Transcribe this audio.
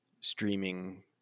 streaming